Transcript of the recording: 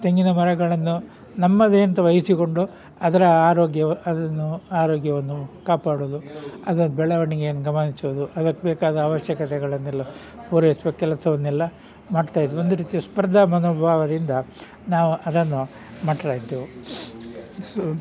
ತೆಂಗಿನ ಮರಗಳನ್ನು ನಮ್ಮದೇ ಅಂತ ಭಾವಿಸಿಕೊಂಡು ಅದರ ಆರೋಗ್ಯವು ಅದನ್ನು ಆರೋಗ್ಯವನ್ನು ಕಾಪಾಡುವುದು ಅದರ ಬೆಳವಣಿಗೆಯನ್ನ ಗಮನಿಸುವುದು ಅದಕ್ಕೆ ಬೇಕಾದ ಅವಶ್ಯಕತೆಗಳನ್ನೆಲ್ಲ ಪೂರೈಸುವ ಕೆಲಸವನ್ನೆಲ್ಲ ಮಾಡ್ತಾಯಿದ್ದೋ ಒಂದು ರೀತಿಯ ಸ್ಪರ್ಧಾ ಮನೋಭಾವದಿಂದ ನಾವು ಅದನ್ನು ಮಾಡ್ತಾಯಿದ್ದೆವು ಸೊ